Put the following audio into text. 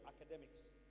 academics